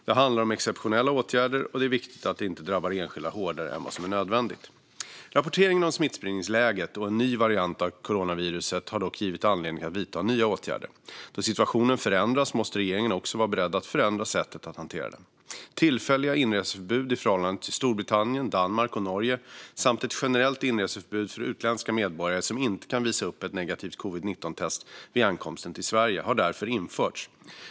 Det handlar om exceptionella åtgärder, och det är viktigt att de inte drabbar enskilda hårdare än vad som är nödvändigt. Rapporteringen om smittspridningsläget och en ny variant av coronaviruset har dock givit anledning att vidta nya åtgärder. Då situationen förändras måste regeringen också vara beredd att förändra sättet att hantera den. Tillfälliga inreseförbud i förhållande till Storbritannien, Danmark och Norge samt ett generellt inreseförbud för utländska medborgare som inte kan visa upp ett negativt covid-19-test vid ankomsten till Sverige har därför införts.